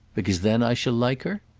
because then i shall like her?